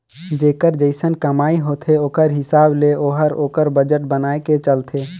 जेकर जइसन कमई होथे ओकरे हिसाब ले ओहर ओकर बजट बनाए के चलथे